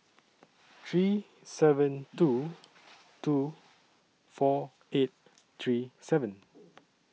three seven two two four eight three seven